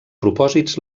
propòsits